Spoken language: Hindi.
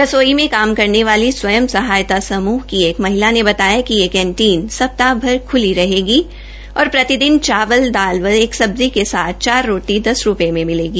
रसोई में काम करने वाली स्वयं सहायता समूह की एक महिला ने बताया कि यह कैंटीन सप्ताह भर खुलेगी और प्रतिदिन चावल दाल एक सब्जी के साथ चार रोटी दस रुपये में मिलेगी